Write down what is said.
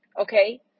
Okay